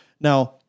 Now